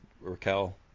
Raquel